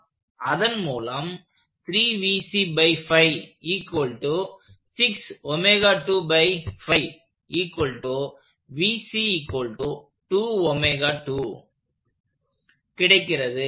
அதன் மூலம் கிடைக்கிறது